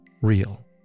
real